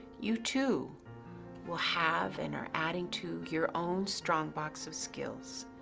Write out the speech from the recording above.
you too will have and are adding to your own strong box of skills,